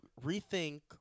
rethink